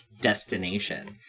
destination